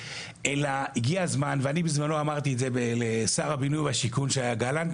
אלא הגיע הזמן ואני בזמנו אמרתי את זה לשר הבינוי והשיכון שהיה גלנט,